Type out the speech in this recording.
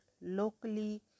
locally